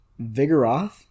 Vigoroth